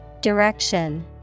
Direction